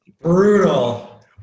brutal